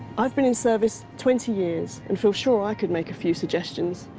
i've been in service twenty years and feel sure i could make a few suggestions.